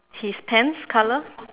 his pants colour